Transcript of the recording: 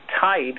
tight